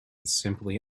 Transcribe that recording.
simply